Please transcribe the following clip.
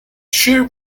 sheer